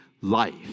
life